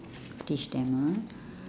teach them ah